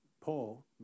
Paul